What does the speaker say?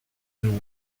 nous